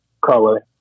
color